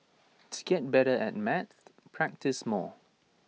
to get better at maths practise more